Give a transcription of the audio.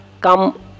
come